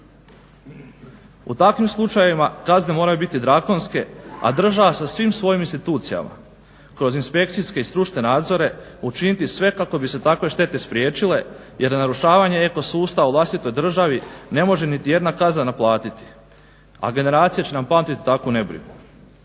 U takvim slučajevima kazne moraju biti drakonske, a država sa svim svojim institucijama kroz inspekcijske i stručne nadzore učiniti sve kako bi se takve štete spriječile jer narušavanje eko sustava u vlastitoj državi ne može niti jedna kazna naplatiti, a generacije će nam pamtiti takvu nebrigu.